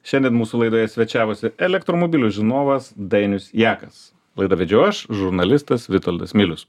šiandien mūsų laidoje svečiavosi elektromobilių žinovas dainius jakas laidą vedžiau aš žurnalistas vitoldas milius